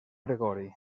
gregori